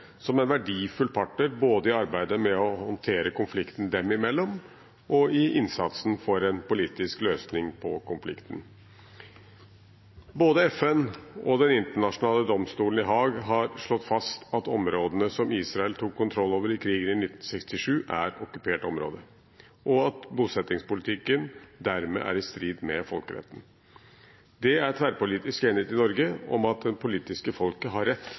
som en verdifull partner – både i arbeidet med å håndtere konflikten dem imellom og i innsatsen for en politisk løsning på konflikten. Både FN og Den internasjonale domstolen i Haag har slått fast at områdene som Israel tok kontroll over i krigen i 1967, er okkupert område, og at bosettingspolitikken dermed er i strid med folkeretten. Det er tverrpolitisk enighet i Norge om at det palestinske folket har rett